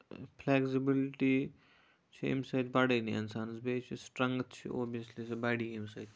flexibility چھ اَمہِ سۭتۍ بَڑٲنی اِنسانَس بیٚیہِ چھُس سٔٹرَنگتھ چھُ اوبویسلی سُہ بَڑِ اَمہِ سۭتۍ